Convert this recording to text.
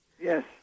Yes